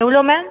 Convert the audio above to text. எவ்வளோ மேம்